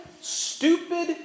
Stupid